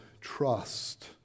trust